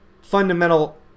fundamental